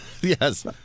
yes